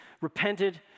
repented